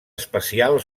especial